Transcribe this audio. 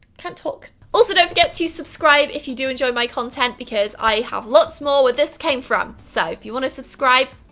can't talk. also, don't forget to subscribe if you do enjoy my content because i have lots more where this came from. so if you want to subscribe,